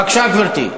בבקשה, גברתי.